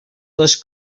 les